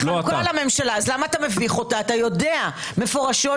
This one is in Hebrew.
להסיר מגבלה?